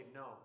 no